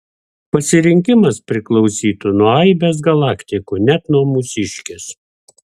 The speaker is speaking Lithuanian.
pasirinkimas priklausytų nuo aibės galaktikų net nuo mūsiškės